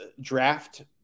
draft